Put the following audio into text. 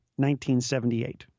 1978